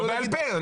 לא בעל פה.